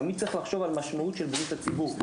תמיד צריך לחשוב על משמעות של בריאות הציבור,